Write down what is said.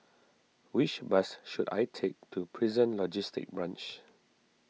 which bus should I take to Prison Logistic Branch